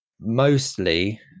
Mostly